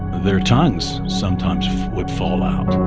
their tongues sometimes would fall out